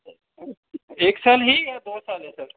एक साल ही या दो साल है सर